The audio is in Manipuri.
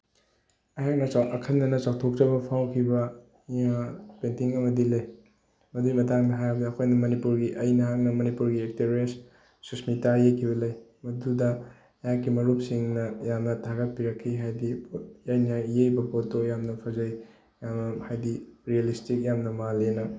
ꯑꯩꯍꯥꯛꯅ ꯑꯈꯟꯅꯅ ꯆꯥꯎꯊꯣꯛꯆꯕ ꯐꯥꯎꯈꯤꯕ ꯄꯦꯟꯇꯤꯡ ꯑꯃꯗꯤ ꯂꯩ ꯃꯗꯨꯒꯤ ꯃꯇꯥꯡꯗ ꯍꯥꯏꯔꯕꯗ ꯑꯩꯈꯣꯏꯅ ꯃꯅꯤꯄꯨꯔꯒꯤ ꯑꯩꯅ ꯍꯟꯗꯛ ꯃꯅꯤꯄꯨꯔꯒꯤ ꯑꯦꯛꯇꯔꯦꯁ ꯁꯨꯁꯃꯤꯇꯥ ꯌꯦꯛꯈꯤꯕ ꯂꯩ ꯃꯗꯨꯗ ꯑꯩꯍꯥꯛꯀꯤ ꯃꯔꯨꯞꯁꯤꯡꯅ ꯌꯥꯝꯅ ꯊꯥꯒꯠꯄꯤꯔꯛꯈꯤ ꯍꯥꯏꯗꯤ ꯑꯩꯅ ꯌꯦꯛꯏꯕ ꯄꯣꯠꯇꯣ ꯌꯥꯝꯅ ꯐꯖꯩ ꯍꯥꯏꯗꯤ ꯔꯤꯌꯦꯂꯤꯁꯇꯤꯛ ꯌꯥꯝꯅ ꯃꯥꯜꯂꯦꯅ